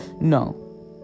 no